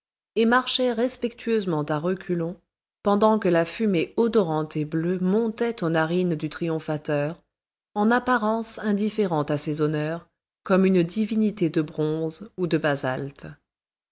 et marchaient respectueusement à reculons pendant que la fumée odorante et bleue montait aux narines du triomphateur en apparence indifférent à ces honneurs comme une divinité de bronze ou de basalte